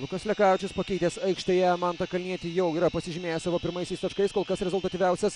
lukas lekavičius pakeitęs aikštėje mantą kalnietį jau yra pasižymėjęs savo pirmaisiais taškais kol kas rezultatyviausias